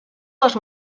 les